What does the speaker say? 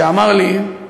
שאמר לי: